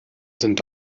sind